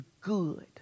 good